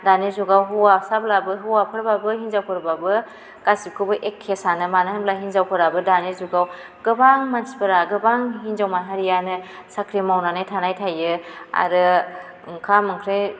दानि जुगाव हौवासाब्लाबो हौवाफोरबाबो हिन्जावफोरबाबो गासिबखौबो एखे सानो मानो होनब्ला हिन्जावफोराबो दानि जुगाव गोबां मानसिफोरा गोबां हिन्जाव माहारियानो साख्रि मावनानै थानाय थायो आरो ओंखाम ओंख्रि